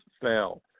fail